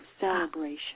celebration